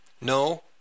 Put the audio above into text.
No